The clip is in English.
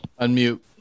Unmute